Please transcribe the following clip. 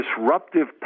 disruptive